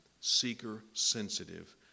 seeker-sensitive